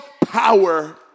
power